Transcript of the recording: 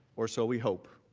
or so we hope,